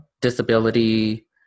disability